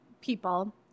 people